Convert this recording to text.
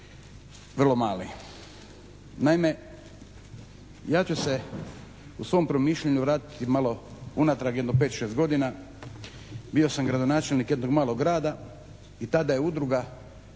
vrlo mali. Naime, ja ću se u svom promišljanju vratiti malo unatrag jedno 5, 6 godina, bio sam gradonačelnik jednog malog grada i tada je udruga